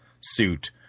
suit